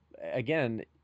again